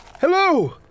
Hello